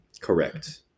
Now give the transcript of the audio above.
Correct